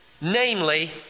Namely